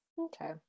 Okay